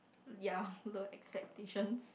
ya low expectations